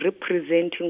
representing